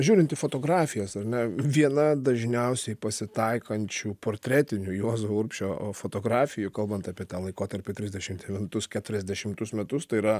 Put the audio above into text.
žiūrint į fotografijas ar ne viena dažniausiai pasitaikančių portretinių juozo urbšio fotografijų kalbant apie tą laikotarpį trisdešim devintus keturiasdešimtus metus tai yra